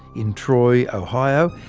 in troy, ohio.